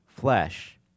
flesh